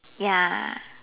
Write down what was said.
ya